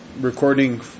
recording